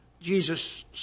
Jesus